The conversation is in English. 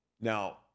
Now